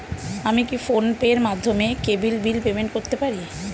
আমি কি ফোন পের মাধ্যমে কেবল বিল পেমেন্ট করতে পারি?